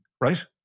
right